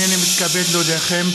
הינני מתכבד להודיעכם,